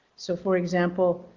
so for example,